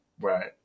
Right